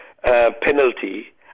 Penalty